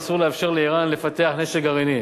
ואסור לאפשר לאירן לפתח נשק גרעיני.